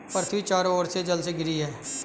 पृथ्वी चारों ओर से जल से घिरी है